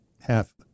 half